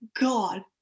god